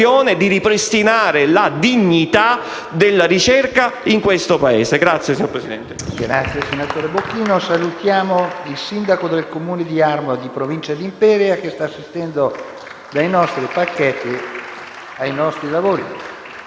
pare, signor Presidente